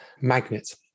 magnets